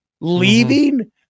Leaving